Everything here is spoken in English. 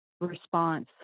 response